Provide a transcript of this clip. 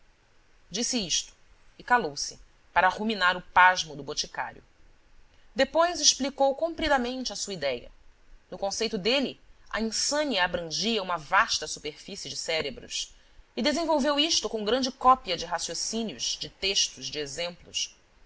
disse isto e calou-se para ruminar o pasmo do boticário depois explicou compridamente a sua idéia no conceito dele a insânia abrangia uma vasta superfície de cérebros e desenvolveu isto com grande cópia de raciocínios de textos de exemplos